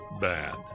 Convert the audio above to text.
bad